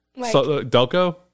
Delco